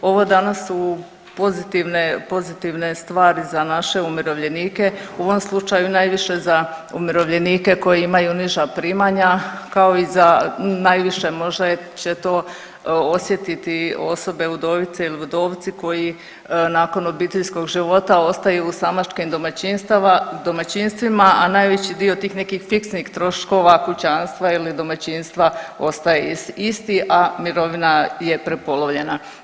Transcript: Ovo danas su pozitivne stvari za naše umirovljenike u ovom slučaju najviše za umirovljenike koji imaju niža primanja kao i za najviše možda će to osjetiti osobe udovice ili udovci koji nakon obiteljskog života ostaju u samačkim domaćinstvima, a najveći dio tih nekih fiksnih troškova kućanstva ili domaćinstva ostaje isti, a mirovina je prepolovljena.